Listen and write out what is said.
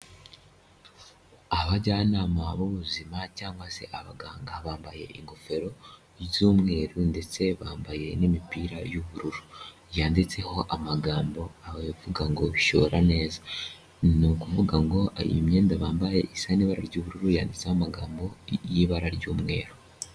Abajyanama b'ubuzima cyangwa se abaganga bambaye ingofero z'umweru ndetse bambaye n'imipira y'ubururu. Yanditseho amagambo avuga ngo Shora neza. Ni ukuvuga ngo iyi myenda bambaye isa n'ibara ry'ubururu yanditseho amagambo y'ibara ry'umweru.